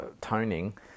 toning